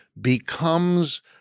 becomes